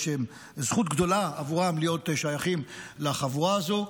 שזו זכות גדולה עבורם להיות שייכים לחבורה הזו.